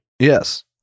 Yes